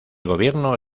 gobierno